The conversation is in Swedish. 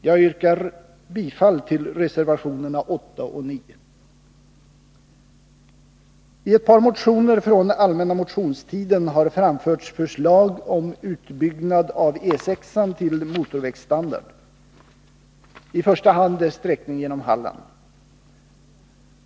Jag yrkar bifall till reservationerna 8 och 9. I ett par motioner från allmänna motionstiden har framförts förslag om utbyggnad av E 6:an till motorvägsstandard, i första hand beträffande dess sträckning genom Halland.